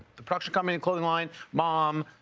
the production company, clothing line, mom,